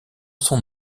son